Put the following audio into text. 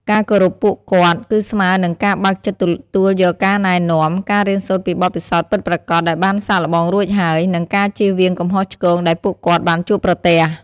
ការគោរពពួកគាត់គឺស្មើនឹងការបើកចិត្តទទួលយកការណែនាំ ការរៀនសូត្រពីបទពិសោធន៍ពិតប្រាកដដែលបានសាកល្បងរួចហើយ និងការជៀសវាងកំហុសឆ្គងដែលពួកគាត់បានជួបប្រទះ។